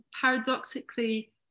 paradoxically